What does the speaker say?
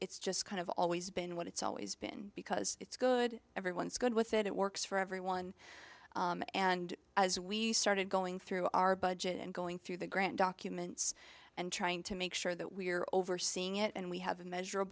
it's just kind of always been what it's always been because it's good everyone's good with it it works for everyone and as we started going through our budget and going through the grant documents and trying to make sure that we are overseeing it and we have a measur